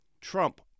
Trump